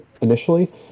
initially